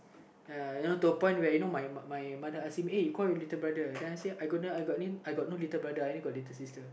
ya to the point where you know my mother ask him call your little brother then I say I got no little brother I only got little sister